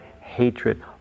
hatred